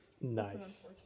Nice